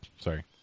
Sorry